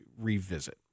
revisit